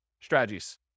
strategies